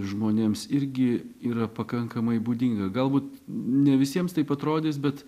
žmonėms irgi yra pakankamai būdinga galbūt ne visiems taip atrodys bet